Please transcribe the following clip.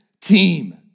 team